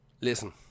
listen